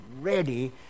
ready